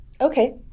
Okay